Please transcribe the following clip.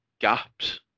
gaps